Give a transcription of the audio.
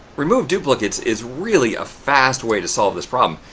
remove duplicates, is really a fast way to solve this problem.